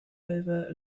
over